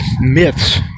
myths